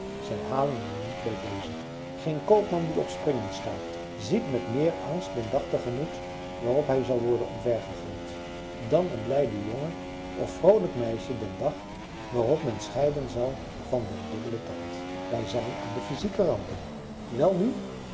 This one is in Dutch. zij halen niet bij deze geen koopman die op springen staat ziet met meer angst den dag tegemoet waarop hij zal worden omvergegooid dan een blijde jongen of vroolijk meisje den dag waarop men scheiden zal van den dubbelen tand wij zijn aan de physieke rampen welnu